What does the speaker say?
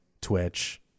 Twitch